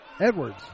Edwards